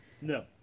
No